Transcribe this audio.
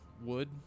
wood